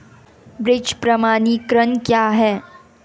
बीज प्रमाणीकरण क्या है?